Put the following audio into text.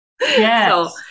Yes